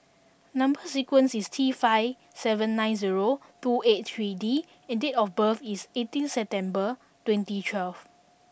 number sequence is T five seven nine zero two eight three D and date of birth is eighteen September twenty twelve